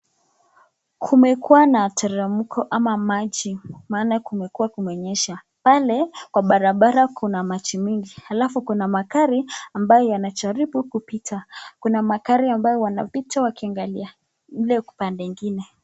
Kumekuwa na teremko ama maji, maana kumekuwa kumenyesha pale kwa barabara kuna maji mingi alafu kwa barabara kuna magari ambayo yanajaribu kupita kuna magarii ambayo yanapita wakiangalia ile pande ingine.